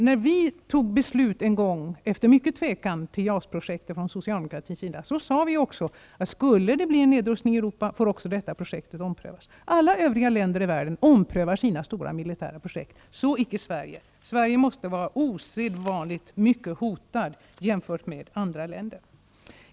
När vi socialdemokrater en gång efter mycken tvekan fattade beslut om JAS-projektet, sade vi också att om det skulle bli en nedrustning i Europa får också detta projekt omprövas. Alla övriga länder i världen omprövar sina stora militära projekt, så icke Sverige. Sverige måste vara osedvanligt mycket hotat jämfört med andra länder.